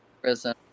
prison